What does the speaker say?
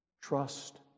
Trust